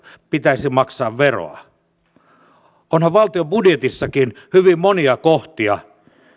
pitäisi maksaa veroa onhan valtion budjetissakin hyvin monia kohtia